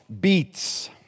beats